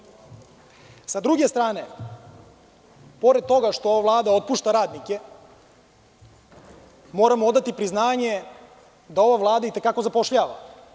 Sa druge strane, pored toga što ova Vlada otpušta radnike moramo odati priznanje da ova Vlada itekako zapošljava.